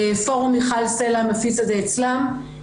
פורום מיכל סלע מפיץ את זה אצלה,